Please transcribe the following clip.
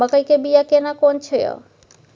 मकई के बिया केना कोन छै यो?